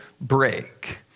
break